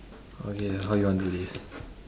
okay how you want do this